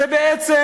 זה בעצם